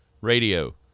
Radio